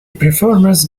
performance